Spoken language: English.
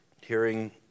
hearing